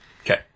Okay